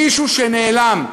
מישהו שנעלם.